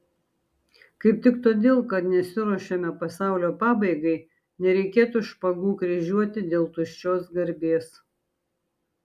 kaip tik todėl kad nesiruošiame pasaulio pabaigai nereikėtų špagų kryžiuoti dėl tuščios garbės